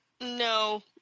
No